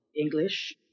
English